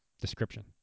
description